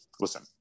listen